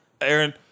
Aaron